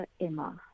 Emma